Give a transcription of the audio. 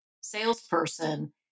salesperson